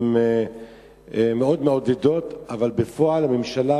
הן מאוד מעודדות, אבל בפועל הממשלה